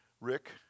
Rick